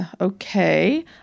Okay